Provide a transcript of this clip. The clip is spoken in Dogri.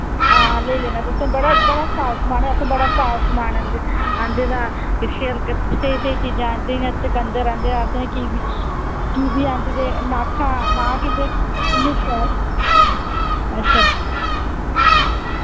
हां लेई लेना तुसें बड़ा बड़ा साफ समान ऐ असें बड़ा साफ समान आह्नदे आह्नदे दा स्हेई स्हेई चीजां आह्नदी दियां चकन्दर आह्नदे दा असें किवी किवी आह्नदे दे नाखां नाख इ'न्ने इ'न्ने शैल अच्छा